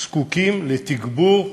זקוקים לתגבור,